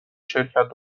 شرکت